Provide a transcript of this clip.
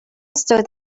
stood